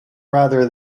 rather